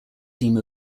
theme